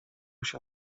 się